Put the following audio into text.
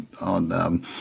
on, –